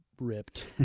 ripped